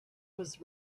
was